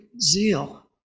zeal